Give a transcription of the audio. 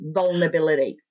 vulnerability